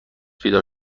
بیدار